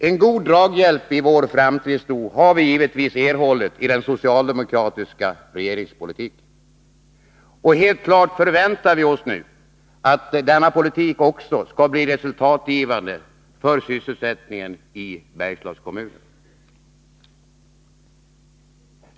En god draghjälp när det gäller vår framtidstro har vi givetvis erhållit i den socialdemokratiska regeringspolitiken. Och helt klart förväntar vi att denna politik också skall bli resultatgivande för sysselsättningen i Bergslagskommunerna.